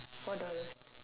four dollars